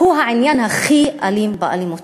הוא העניין הכי אלים באלימות.